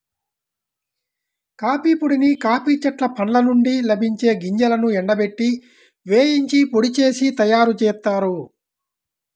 coffee పొడిని coffee చెట్ల పండ్ల నుండి లభించే గింజలను ఎండబెట్టి, వేయించి పొడి చేసి తయ్యారుజేత్తారు